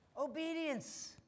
Obedience